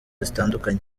zitandukanye